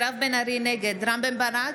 נגד רם בן ברק,